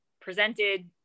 presented